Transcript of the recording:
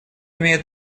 имеет